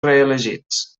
reelegits